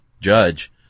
judge